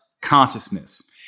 consciousness